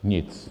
Nic.